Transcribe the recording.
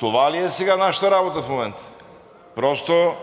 Това ли е нашата работа в момента? Просто